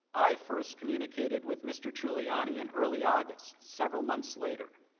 i first communicated with mr. giuliani and early august, several month later.